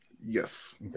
Yes